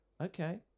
Okay